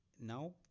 now